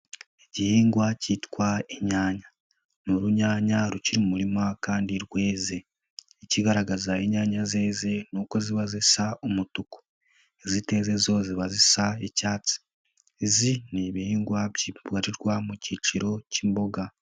Igihingwa cyitwa inyanya ni urunyanya rukiri mu murima kandi rweze ikigaragaza inyanya zeze ni uko ziba zisa umutuku, iziteze zo ziba zisa icyatsi, iz ni ibihingwa bibarirwa mu cyiciro cy'imboga.